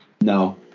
No